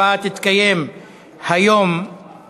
הוראת שעה) (משיכת כספים מחשבונות בעלי יתרה צבורה